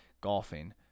golfing